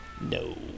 No